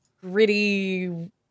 gritty